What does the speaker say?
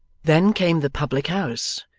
then came the public-house,